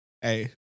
Hey